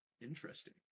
interesting